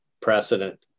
precedent